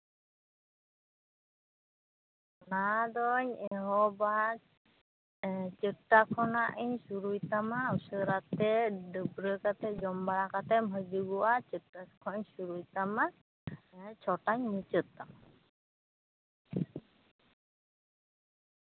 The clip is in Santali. ᱚᱱᱟ ᱫᱚᱧ ᱮᱦᱚᱵᱟ ᱪᱟᱹᱴᱴᱟ ᱠᱷᱚᱱᱟᱜ ᱤᱧ ᱥᱩᱨᱩᱭ ᱛᱟᱢᱟ ᱩᱥᱟᱹᱨᱟ ᱛᱮ ᱰᱟᱹᱵᱽᱨᱟᱹ ᱠᱟᱛᱮᱫ ᱡᱚᱢ ᱵᱟᱲᱟ ᱠᱟᱛᱮᱢ ᱦᱤᱡᱩᱜᱚᱜᱼᱟ ᱪᱟᱹᱴᱴᱟ ᱠᱷᱚᱱᱟᱜ ᱥᱩᱨᱩᱭ ᱛᱟᱢᱟ ᱦᱮᱸ ᱪᱷᱚᱴᱟᱧ ᱢᱩᱪᱟᱹᱫ ᱛᱟᱢᱟ